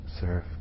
serve